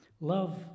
love